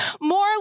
more